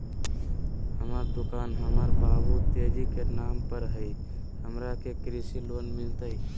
हमर दुकान हमर बाबु तेजी के नाम पर हई, हमरा के कृषि लोन मिलतई?